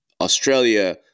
Australia